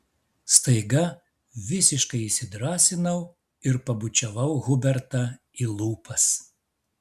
staiga visiškai įsidrąsinau ir pabučiavau hubertą į lūpas